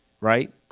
right